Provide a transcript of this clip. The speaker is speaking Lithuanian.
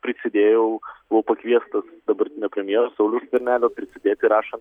prisidėjau buvau pakviestas dabartinio premjero sauliaus skvernelio prisidėti rašant